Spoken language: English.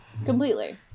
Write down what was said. Completely